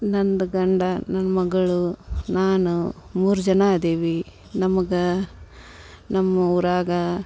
ನಂದು ಗಂಡ ನನ್ನ ಮಗಳು ನಾನು ಮೂರು ಜನ ಇದೀವಿ ನಮಗೆ ನಮ್ಮ ಊರಾಗೆ